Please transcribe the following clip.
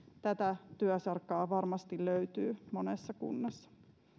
tätä työsarkaa varmasti löytyy monessa kunnassa